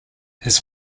his